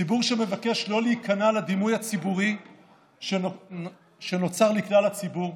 ציבור שמבקש לא להיכנע לדימוי הציבורי שנוצר לכלל הציבור,